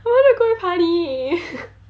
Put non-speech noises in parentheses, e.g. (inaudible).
I wanna go party (laughs)